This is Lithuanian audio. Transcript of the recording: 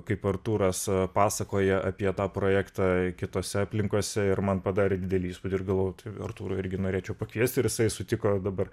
kaip artūras pasakoja apie tą projektą kitose aplinkose ir man padarė didelį įspūdį ir galvojau tai artūrą irgi norėčiau pakviest ir jisai sutiko dabar